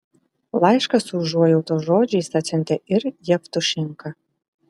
laišką su užuojautos žodžiais atsiuntė ir jevtušenka